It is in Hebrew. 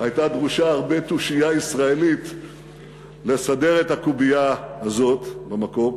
הייתה דרושה הרבה תושייה ישראלית לסדר את הקובייה הזאת במקום.